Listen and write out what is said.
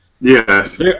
Yes